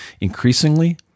Increasingly